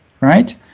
right